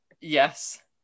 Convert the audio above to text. Yes